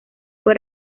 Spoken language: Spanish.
fue